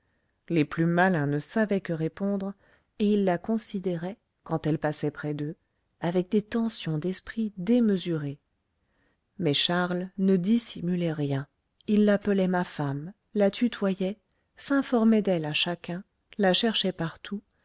les plus malins ne savaient que répondre et ils la considéraient quand elle passait près d'eux avec des tensions d'esprit démesurées mais charles ne dissimulait rien il l'appelait ma femme la tutoyait s'informait d'elle à chacun la cherchait partout